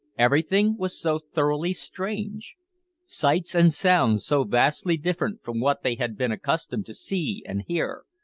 everything was so thoroughly strange sights and sounds so vastly different from what they had been accustomed to see and hear,